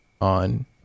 on